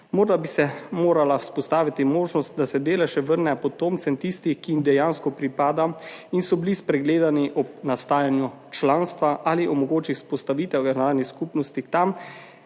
Morda bi se morala vzpostaviti možnost, da se delež vrne potomcem tistih, ki jim dejansko pripada in so bili spregledani ob nastajanju članstva, ali omogoči vzpostavitev agrarnih skupnosti tam,